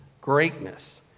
greatness